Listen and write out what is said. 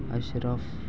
اشرف